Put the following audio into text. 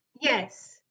Yes